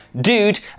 dude